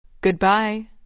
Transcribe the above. Goodbye